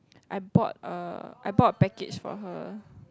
I bought a I bought a package for her